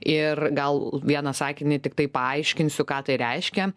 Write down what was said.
ir gal vieną sakinį tiktai paaiškinsiu ką tai reiškia